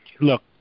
look